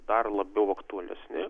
dar labiau aktualesni